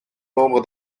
nombre